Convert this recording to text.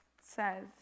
says